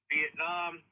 Vietnam